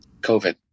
COVID